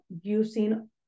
using